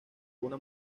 una